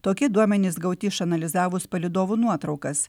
tokie duomenys gauti išanalizavus palydovų nuotraukas